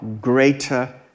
greater